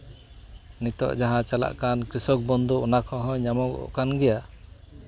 ᱱᱤᱛᱚᱜ ᱡᱟᱦᱟᱸ ᱪᱟᱞᱟᱜ ᱠᱟᱱ ᱠᱨᱤᱥᱚᱠ ᱵᱚᱱᱫᱷᱩ ᱚᱱᱟ ᱠᱚᱦᱚᱸ ᱧᱟᱢᱚᱜᱚᱜ ᱠᱟᱱ ᱜᱮᱭᱟ